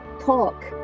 talk